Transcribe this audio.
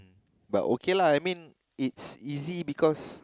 but okay lah I mean it's easy because